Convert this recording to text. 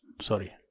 sorry